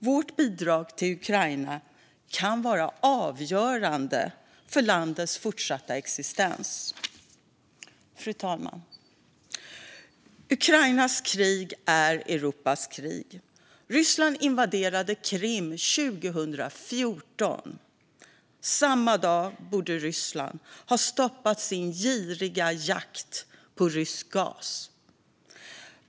Vårt bidrag till Ukraina kan vara avgörande för landets fortsatta existens. Fru talman! Ukrainas krig är Europas krig. Ryssland invaderade Krim 2014. Samma dag borde Tyskland ha stoppat sin giriga jakt på rysk gas.